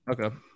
Okay